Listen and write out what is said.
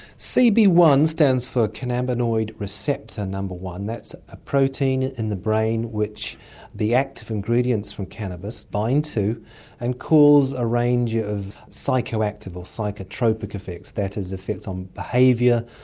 c b one stands for cannabinoid receptor number one, that's a protein in the brain which the active ingredients from cannabis bind to and cause a range of psychoactive or psychotropic effects. that is, effects on behaviour,